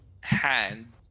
hand